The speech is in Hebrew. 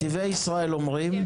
נתיבי ישראל אומרים.